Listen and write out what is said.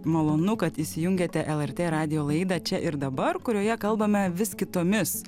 malonu kad įsijungėte lrt radijo laidą čia ir dabar kurioje kalbame vis kitomis